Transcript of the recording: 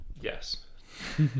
Yes